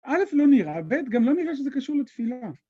א', לא נראה, ב', גם לא נראה שזה קשור לתפילה.